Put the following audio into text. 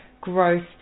growth